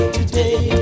today